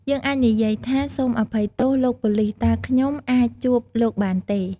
យើងអាចនិយាយថា "សូមអភ័យទោស លោកប៉ូលិស តើខ្ញុំអាចជួបលោកបានទេ?"